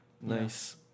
Nice